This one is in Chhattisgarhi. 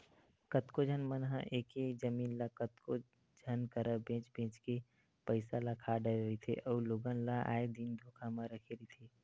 कतको झन मन ह एके जमीन ल कतको झन करा बेंच बेंच के पइसा ल खा डरे रहिथे अउ लोगन ल आए दिन धोखा म रखे रहिथे